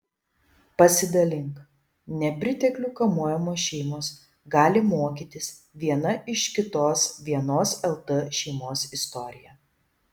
pasidalink nepriteklių kamuojamos šeimos gali mokytis viena iš kitos vienos lt šeimos istorija